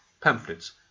pamphlets